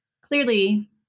clearly